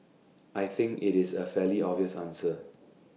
I think IT is A fairly obvious answer